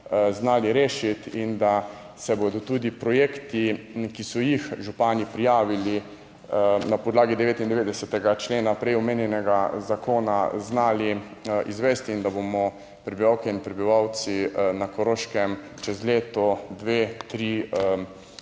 znali rešiti in da se bodo tudi projekti, ki so jih župani prijavili, na podlagi 99. člena prej omenjenega zakona, znali izvesti in da bomo prebivalke in prebivalci na Koroškem čez leto 2, 3, bolj